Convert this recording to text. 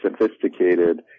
sophisticated